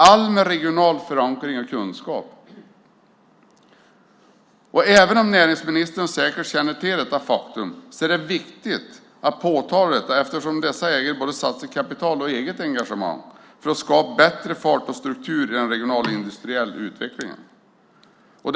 Alla dessa har regional förankring och kunskap. Även om näringsministern säkert känner till detta faktum är det viktigt att påtala det eftersom dessa ägare både satsar kapital och eget engagemang för att skapa bättre fart och struktur i den regionala och industriella utvecklingen.